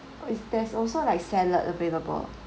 is there's also like salad available